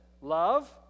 love